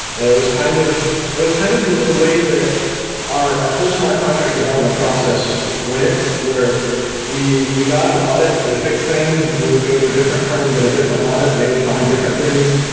and it was kind of it was kind of the the way that our whole smart contract development process went, where we we got an audit, we fix things and then we would go to a different firm, get a different audit and they would find different things.